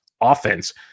offense